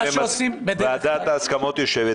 ועדת ההסכמות יושבת,